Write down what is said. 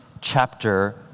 chapter